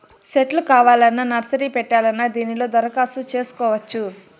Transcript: సెట్లు కావాలన్నా నర్సరీ పెట్టాలన్నా దీనిలో దరఖాస్తు చేసుకోవచ్చు